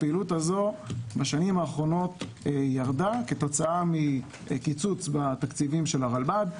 הפעילות הזו ירדה בשנים האחרונות כתוצאה מקיצוץ בתקציבי הרלב"ד.